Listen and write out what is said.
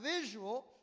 visual